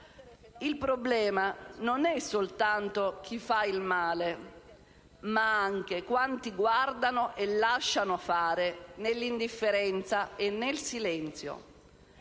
Il problema non è soltanto chi fa il male, ma anche quanti guardano e lasciano fare, nell'indifferenza e nel silenzio.